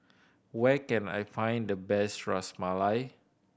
where can I find the best Ras Malai